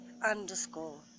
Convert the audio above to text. Underscore